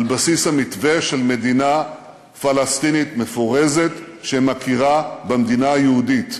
בסיס המתווה של מדינה פלסטינית מפורזת שמכירה במדינה היהודית,